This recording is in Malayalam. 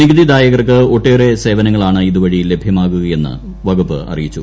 നികുതിദായകർക്ക് ഒട്ടേറെ സേവനങ്ങളാണ് ഇതുവഴി ലഭ്യമാകുകയെന്ന് വകുപ്പ് അറിയിച്ചു